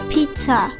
Pizza